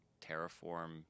terraform